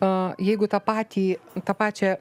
o jeigu tą patį tą pačią